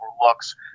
looks